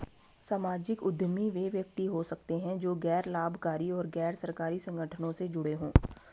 सामाजिक उद्यमी वे व्यक्ति हो सकते हैं जो गैर लाभकारी और गैर सरकारी संगठनों से जुड़े हों